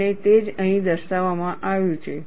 અને તે જ અહીં દર્શાવવામાં આવ્યું છે